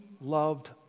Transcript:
loved